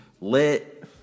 lit